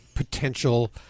Potential